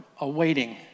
awaiting